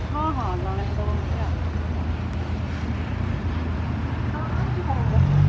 ହଁ ହଁ ଜଣେଇଦେବ ମୋତେ ଆଉ ହଁ ହଁ